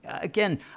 again